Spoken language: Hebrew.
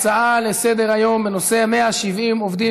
הצעות לסדר-היום בנושא: 170 עובדים